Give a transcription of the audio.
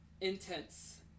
intense